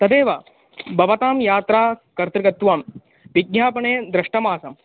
तदेव भवतां यात्रा कर्तकत्वान् विज्ञापने दृष्टमासम्